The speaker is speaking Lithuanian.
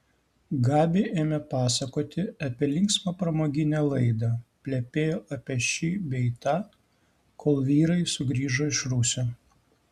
gabi ėmė pasakoti apie linksmą pramoginę laidą plepėjo apie šį bei tą kol vyrai sugrįžo iš rūsio